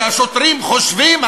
שהשוטרים חושבים,